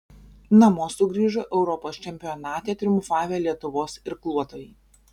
namo sugrįžo europos čempionate triumfavę lietuvos irkluotojai